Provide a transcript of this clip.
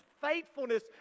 faithfulness